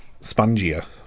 spongier